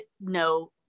no